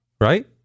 right